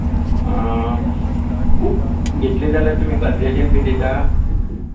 आं खूब घेतलीं जाल्यार तुमी कन्सेशन बी दितात